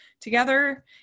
together